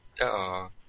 -oh